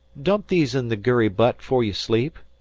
dump these in the gurry-butt fore you sleep.